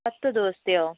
പത്ത് ദിവസത്തെയൊ